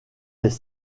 des